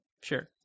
Sure